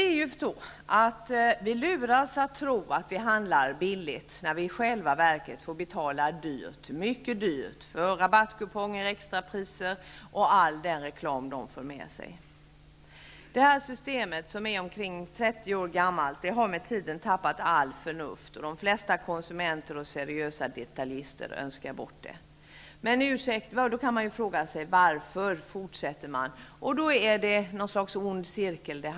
Vi luras att tro att vi handlar billigt när vi i själva verket får betala mycket dyrt för rabattkuponger, varor med extrapris och all den reklam som detta för med sig. Det här systemet, som är omkring 30 år gammalt, har med tiden tappat all förnuft. De flesta konsumenter och seriösa detaljister önskar bort det. Då kan man fråga sig: Varför fortsätter vi? Det handlar om något slags ond cirkel.